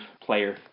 player